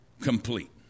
complete